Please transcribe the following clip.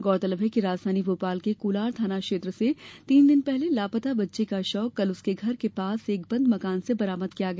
गौरतलब है कि राजधानी भोपाल के कोलार थाना क्षेत्र से तीन दिन पहले लापता बच्चे का शव कल उसके घर के समीप एक बंद मकान से बरामद किया गया